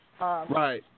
Right